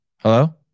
Hello